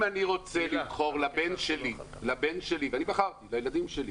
אני בחרתי לילדים שלי